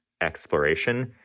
exploration